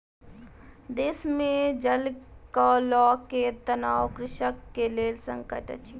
देश मे जल के लअ के तनाव कृषक के लेल संकट अछि